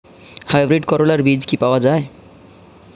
Hybrid করলার বীজ কি পাওয়া যায়?